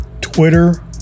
twitter